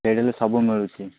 ମେଡ଼ିକାଲରେ ସବୁ ମିଳୁଛି